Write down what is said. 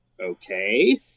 Okay